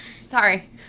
Sorry